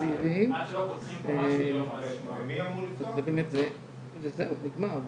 האגודה מובילה את חקר הסרטן בארץ מזה שנים רבות,